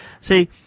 see